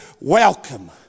welcome